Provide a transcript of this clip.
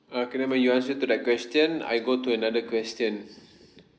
okay never mind you answer to that question I go to another question